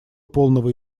полного